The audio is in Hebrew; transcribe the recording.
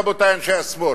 רבותי אנשי השמאל.